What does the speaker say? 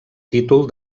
títol